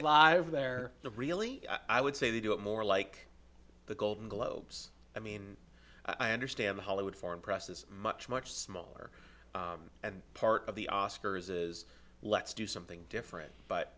live there really i would say they do it more like the golden globes i mean i understand the hollywood foreign press is much much smaller and part of the oscars is let's do something different but